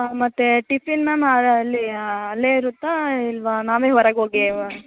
ಹಾಂ ಮತ್ತೇ tiffin ma'am ಅಲ್ಲೀ ಅಲ್ಲೇ ಇರುತ್ತಾ ಇಲ್ವಾ ನಾವೇ ಹೊರಗೆ ಹೋಗಿ